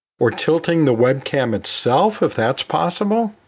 or tilting the webcam itself if that's possible.